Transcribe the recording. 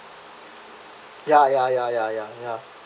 ya ya ya ya ya ya